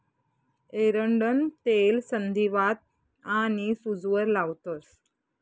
एरंडनं तेल संधीवात आनी सूजवर लावतंस